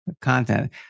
Content